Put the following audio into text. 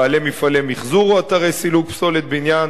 בעלי מפעלי מיחזור או אתרי סילוק פסולת בניין,